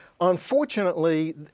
unfortunately